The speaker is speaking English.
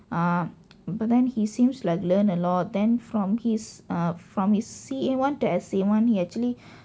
um but then he seems like learn a lot then from his uh from his C_A one to S_A one he actually